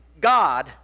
God